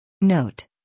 Note